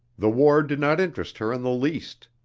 the war did not interest her in the least.